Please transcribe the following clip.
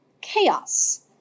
chaos